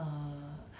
警察故事